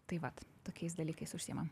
tai vat tokiais dalykais užsiimam